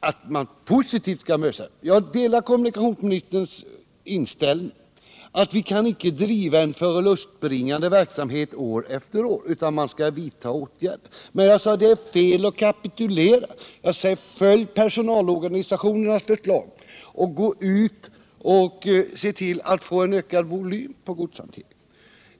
tänkbara positiva åtgärder som ej skulle få negativa effekter på personalsidan. Jag delar kommunikationsministerns inställning att vi kan inte driva en förlustbringande verksamhet år efter år, utan vi måste vidta åtgärder. Men det är fel att kapitulera. Följ personalorganisationernas förslag och gå ut och se till att få en ökad volym på godshanteringen!